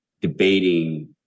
debating